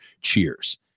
Cheers